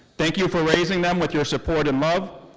thank you for raising them with your support and love.